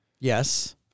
Yes